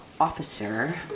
Officer